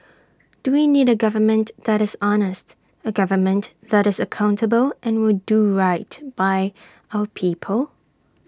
do we need A government that is honest A government that is accountable and will do right by our people